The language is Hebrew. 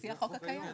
לפי החוק הקיים.